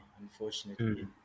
unfortunately